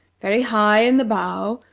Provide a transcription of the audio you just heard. very high in the bow,